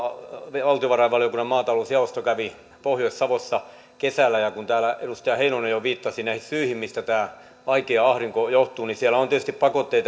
valtiovarainvaliokunnan maatalousjaosto kävi pohjois savossa kesällä ja kun täällä edustaja heinonen jo viittasi näihin syihin mistä tämä vaikea ahdinko johtuu niin siellä on tietysti pakotteet